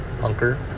Punker